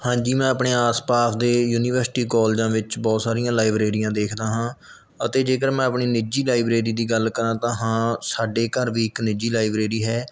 ਹਾਂਜੀ ਮੈਂ ਆਪਣੇ ਆਸ ਪਾਸ ਦੇ ਯੂਨੀਵਰਸਿਟੀ ਕੋਲਜਾਂ ਵਿੱਚ ਬਹੁਤ ਸਾਰੀਆਂ ਲਾਈਬ੍ਰੇਰੀਆਂ ਦੇਖਦਾ ਹਾਂ ਅਤੇ ਜੇਕਰ ਮੈਂ ਆਪਣੀ ਨਿੱਜੀ ਲਾਈਬ੍ਰੇਰੀ ਦੀ ਗੱਲ ਕਰਾਂ ਤਾਂ ਹਾਂ ਸਾਡੇ ਘਰ ਵੀ ਇੱਕ ਨਿੱਜੀ ਲਾਈਬ੍ਰੇਰੀ ਹੈ